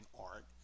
art